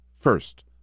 first